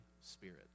Spirit